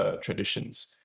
traditions